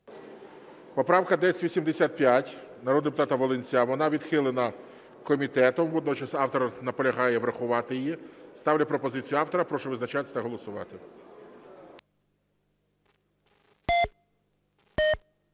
Поправка 1085 народного депутата Волинця. Вона відхилена комітетом, водночас автор наполягає врахувати її. Ставлю пропозицію автора. Прошу визначатись та голосувати.